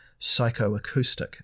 psychoacoustic